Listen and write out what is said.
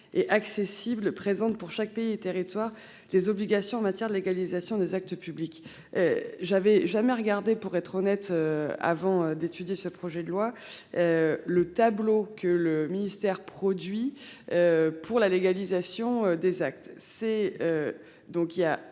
et accessible présente pour chaque pays et territoires, les obligations en matière de légalisation des actes publics. J'avais jamais regardé pour être honnête. Avant d'étudier ce projet de loi. Le tableau que le ministère produit. Pour la légalisation des actes